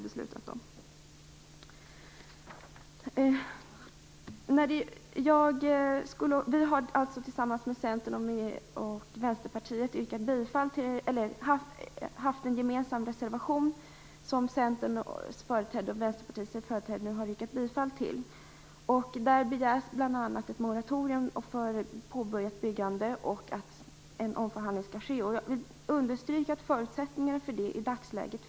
Miljöpartiet, Centern och Vänsterpartiet har ställt en gemensam reservation. Centerns och Vänsterpartiets företrädare har yrkat bifall till den. Där begärs bl.a. ett moratorium för påbörjat byggande och att en omförhandling skall ske. Jag vill understryka att det finns förutsättningar för det i dagsläget.